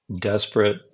desperate